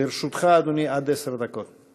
לרשותך, אדוני, עד עשר דקות.